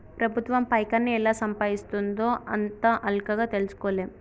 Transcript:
ప్రభుత్వం పైకాన్ని ఎలా సంపాయిస్తుందో అంత అల్కగ తెల్సుకోలేం